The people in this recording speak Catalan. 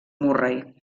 murray